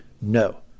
no